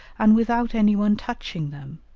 and without any one touching them,